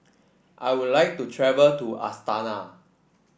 I would like to travel to Astana